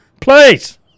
Please